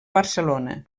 barcelona